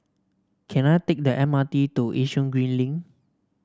can I take the M R T to Yishun Green Link